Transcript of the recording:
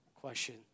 question